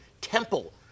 temple